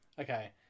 Okay